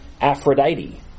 Aphrodite